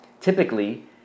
Typically